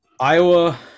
Iowa